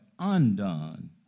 undone